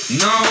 no